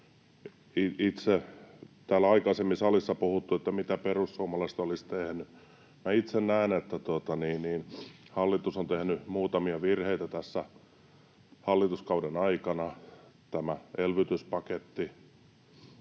Täällä on aikaisemmin salissa puhuttu, että mitä perussuomalaiset olisivat tehneet. Minä itse näen, että hallitus on tehnyt muutamia virheitä tässä hallituskauden aikana. Tämä elvytyspaketti: